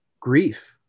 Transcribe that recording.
grief